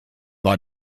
war